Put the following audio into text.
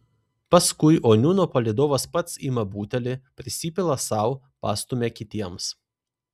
paskui oniūno palydovas pats ima butelį prisipila sau pastumia kitiems